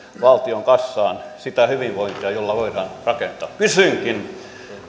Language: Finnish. valtion kassaan sitä hyvinvointia jolla voidaan rakentaa kysynkin